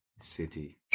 City